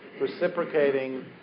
reciprocating